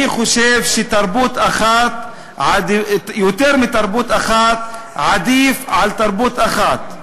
אני חושב שיותר מתרבות אחת עדיפות על תרבות אחת.